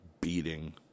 beating